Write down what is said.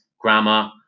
grammar